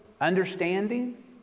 understanding